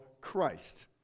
Christ